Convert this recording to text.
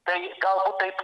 tai galbūt taip